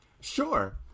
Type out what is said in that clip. sure